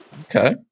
Okay